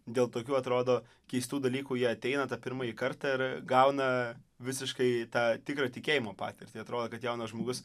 dėl tokių atrodo keistų dalykų jie ateina tą pirmąjį kartą ir gauna visiškai tą tikrą tikėjimo patirtį atrodo kad jaunas žmogus